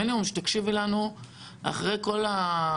המינימום הוא שתקשיבי לנו אחרי כל ההמלצות